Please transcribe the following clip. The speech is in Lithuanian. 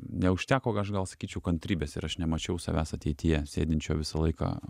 neužteko aš gal sakyčiau kantrybės ir aš nemačiau savęs ateityje sėdinčio visą laiką